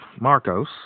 Marcos